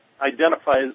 identifies